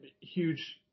huge